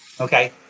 Okay